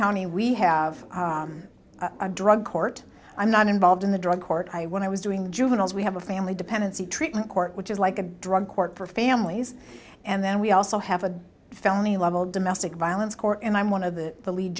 county we have a drug court i'm not involved in the drug court i when i was doing the juveniles we have a family dependency treatment court which is like a drug court for families and then we also have a felony level domestic violence court and i'm one of the lead